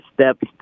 steps